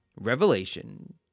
Revelation